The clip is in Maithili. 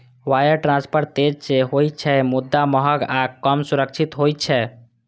वायर ट्रांसफर तेज तं होइ छै, मुदा महग आ कम सुरक्षित होइ छै